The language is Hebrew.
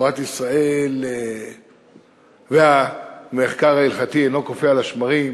תורת ישראל והמחקר ההלכתי אינם קופאים על השמרים,